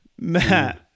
Matt